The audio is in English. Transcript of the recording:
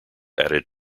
added